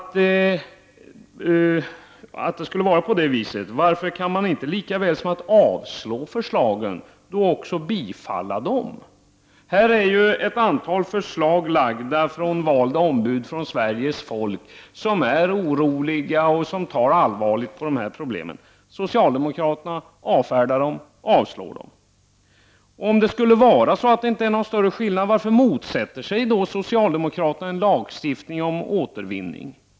Men om det skulle vara på det sättet, varför kan man inte lika väl som att avslå förslagen bifalla dem? Här är ett antal förslag lagda av valda ombud för Sveriges folk som är oroliga och som tar allvarligt på de här problemen. Socialdemokraterna avfärdar dem. Om det skulle vara så att det inte är någon större skillnad, varför motsätter sig då socialdemokraterna en lagstiftning om återvinning?